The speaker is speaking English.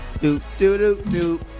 Do-do-do-do